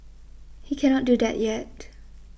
he cannot do that yet